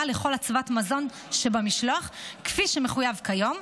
לכל אצוות מזון שבמשלוח כפי שמחויב כיום,